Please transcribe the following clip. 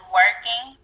working